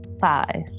Five